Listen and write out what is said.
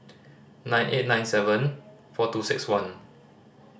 nine eight nine seven four two six one